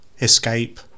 Escape